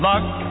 Luck